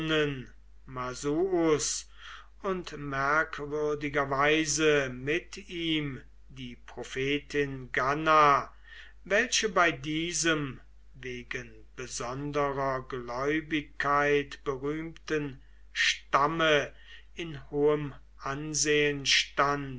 und merkwürdigerweise mit ihm die prophetin ganna welche bei diesem wegen besonderer gläubigkeit berühmten stamme in hohem ansehen stand